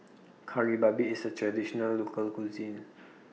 Kari Babi IS A Traditional Local Cuisine